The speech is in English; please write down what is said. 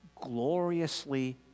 gloriously